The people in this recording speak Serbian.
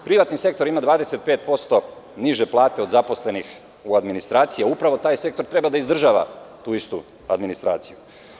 Privatni sektor ima 25% niže plate od zaposlenih u administraciji a upravo taj sektor treba da izdržava tu istu administraciju.